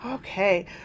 Okay